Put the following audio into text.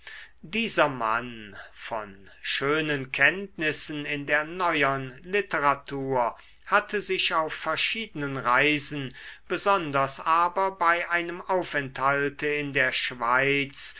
dieser mann von schönen kenntnissen in der neuern literatur hatte sich auf verschiedenen reisen besonders aber bei einem aufenthalte in der schweiz